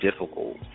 difficult